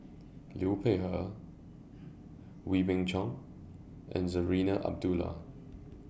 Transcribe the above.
Liu Peihe Wee Beng Chong and Zarinah Abdullah